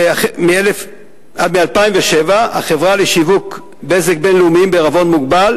מ-2007, החברה לשירותי בזק בין-לאומיים בע"מ,